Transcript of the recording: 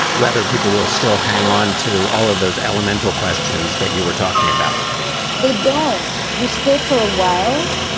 whether people will still hang on to all of those elemental questions that you were talking about they don't. you stay for a while.